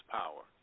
power